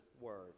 word